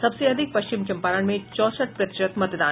सबसे अधिक पश्चिम चंपारण में चौसठ प्रतिशत मतदान